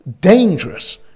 dangerous